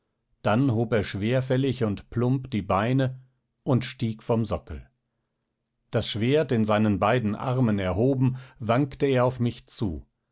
dann hob er schwerfällig und plump die beine und stieg vom sockel das schwert in seinen beiden armen erhoben wankte er auf mich zu